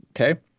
Okay